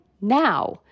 now